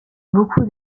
beaucoup